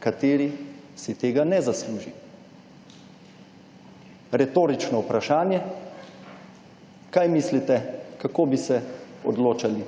kateri si tega ne zasluži. Retorično vprašanje. Kaj mislite, kako bi se odločali